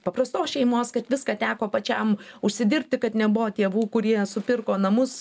paprastos šeimos kad viską teko pačiam užsidirbti kad nebuvo tėvų kurie supirko namus